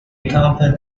encounter